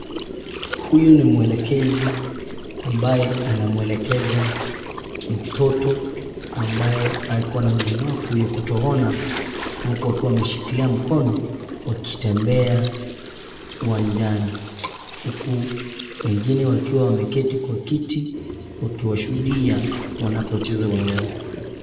Huyu ni mwelekezi ambaye anamwelekeza mtoto ambaye akona ulemavu ya kutoona, huku akiwa ameshikilia mkono wakitembea uwanjani, huku wengine wakiwa wameketi kwa kiti wakiwashuhudia wanapocheza uwanjani.